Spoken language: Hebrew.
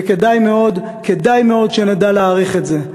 וכדאי מאוד שנדע להעריך את זה.